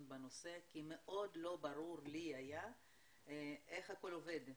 בנושא כי מאוד לא היה ברור לי איך הכול עובד.